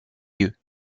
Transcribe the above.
yeux